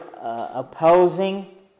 opposing